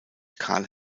carl